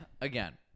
Again